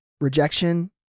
rejection